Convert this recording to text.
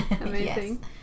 Amazing